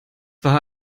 war